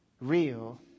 real